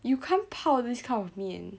you can't 泡 this kind of 面